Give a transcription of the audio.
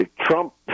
Trump